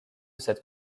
cette